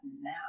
now